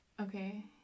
okay